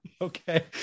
Okay